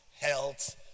health